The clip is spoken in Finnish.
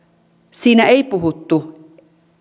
siinä ei puhuttu